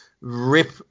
rip